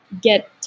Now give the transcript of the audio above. get